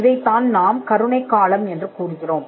இதைத்தான் நாம் கருணைக் காலம் என்று சொல்கிறோம்